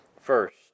first